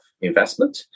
investment